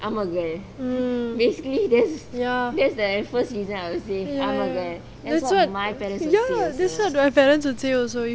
mm ya mm ya that's what ya lah that's what my parents would say also